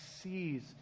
sees